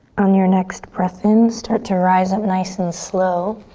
on your next breath in, start to rise up nice and slow.